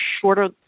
shorter